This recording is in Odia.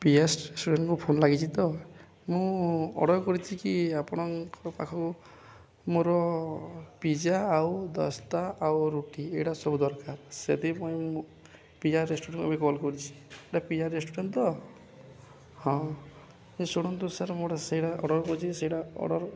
ପିଆ ରେଷ୍ଟୁରାଣ୍ଟକୁ ଫୋନ ଲାଗିଛି ତ ମୁଁ ଅର୍ଡ଼ର କରିଛି କି ଆପଣଙ୍କ ପାଖକୁ ମୋର ପିଜା ଆଉ ଦସ୍ତା ଆଉ ରୁଟି ଏଇଟା ସବୁ ଦରକାର ସେଥିପାଇଁ ମୁଁ ପିଆ ରେଷ୍ଟୁରାଣ୍ଟ ଏବେ କଲ୍ କରୁଛି ଏଇଟା ପିଜା ରେଷ୍ଟୁରାଣ୍ଟ ତ ହଁ ଏ ଶୁଣନ୍ତୁ ସାର୍ ମୁଁ ଗୋଟେ ସେଇଟା ଅର୍ଡ଼ର କରୁଛି ସେଇଟା ଅର୍ଡ଼ର